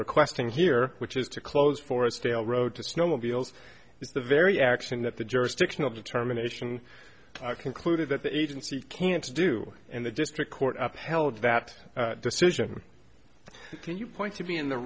requesting here which is to close for a stale road to snowmobiles is the very action that the jurisdictional determination concluded that the agency can't to do and the district court upheld that decision can you point to be in the